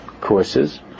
courses